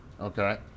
okay